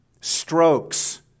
strokes